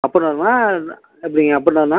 அப் and டவுனா எப்படி up and டவுனா